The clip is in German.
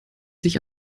sich